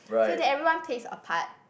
so that everyone plays a part